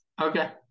Okay